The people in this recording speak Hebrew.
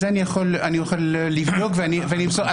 את זה אני אוכל לבדוק ולמסור.